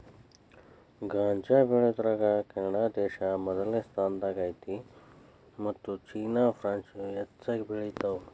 ಗಾಂಜಾ ಬೆಳಿಯುದರಾಗ ಕೆನಡಾದೇಶಾ ಮೊದಲ ಸ್ಥಾನದಾಗ ಐತಿ ಮತ್ತ ಚೇನಾ ಪ್ರಾನ್ಸ್ ಹೆಚಗಿ ಬೆಳಿತಾವ